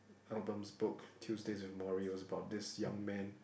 Albom's book Tuesdays with Morrie was about this young man